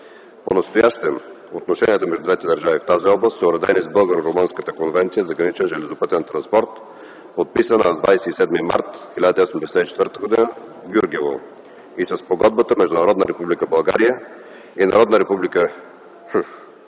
Понастоящем отношенията между двете държави в тази област са уредени с Българо-румънската конвенция за граничен железопътен транспорт, подписана на 27 март 1954 г. в Гюргево, и със Спогодбата между Народна Република България и Република